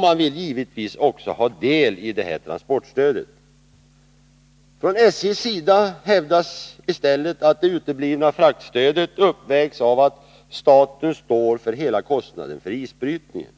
Man vill givetvis också ha del i detta. Från SJ:s sida hävdas i stället att det uteblivna fraktstödet uppvägs av att staten står för hela kostnaden för isbrytningen.